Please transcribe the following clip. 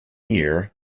year